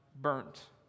burnt